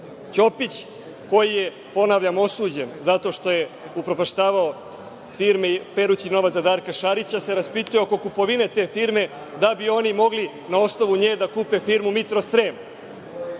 Ćopić, koji je, ponavljam, osuđen zato što je upropaštavao firme perući novac za Darka Šarića, se raspituje oko kupovine te firme, da bi oni mogli na osnovu nje da kupe firmu „Mitrosrem“.Mi